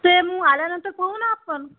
ते मग आल्यानंतर पाहू ना आपण